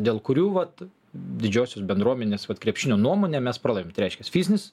dėl kurių vat didžiosios bendruomenės krepšinio nuomone mes pralaimim tai reiškias fizinis